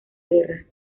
guerra